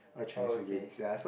oh okay